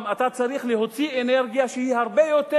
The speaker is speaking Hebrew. אתה צריך להוציא אנרגיה שהיא הרבה יותר,